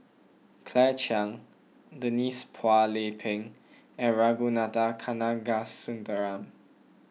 Claire Chiang Denise Phua Lay Peng and Ragunathar Kanagasuntheram